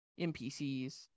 npcs